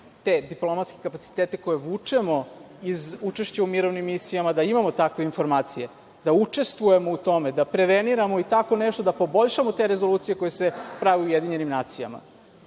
te diplomatske kapacitete koje vučemo iz učešća u mirovnim misijama da imamo takve informacije, da učestvujemo u tome, da preveniramo i tako nešto, da poboljšamo te rezolucije koje se prave u Ujedinjenim nacijama?